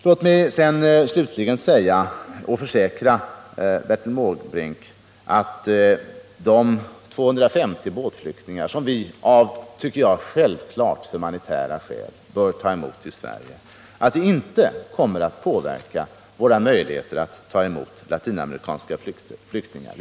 Låt mig slutligen försäkra Bertil Måbrink att de 250 båtflyktingar som vi av, tycker jag, självklart humanitära skäl bör ta emot i Sverige inte kommer att påverka våra möjligheter att ta emot latinamerikanska flyktingar.